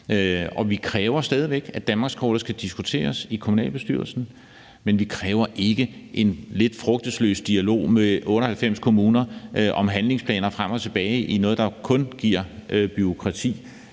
Vi kræver stadig væk, at danmarkskortet skal diskuteres i kommunalbestyrelsen, men vi kræver ikke en lidt frugtesløs dialog med 98 kommuner om handlingsplaner frem og tilbage i noget, der kun giver bureaukrati